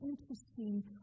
interesting